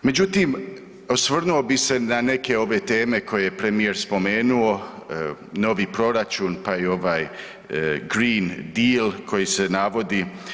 Međutim, osvrnuo bih se na neke ove teme koje je premijer spomenuo, novi proračun pa i ovaj cream deal koji se navodi.